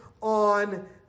on